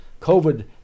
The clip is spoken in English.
COVID